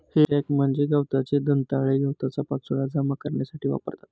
हे रॅक म्हणजे गवताचे दंताळे गवताचा पाचोळा जमा करण्यासाठी वापरतात